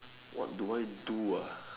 what do I do ah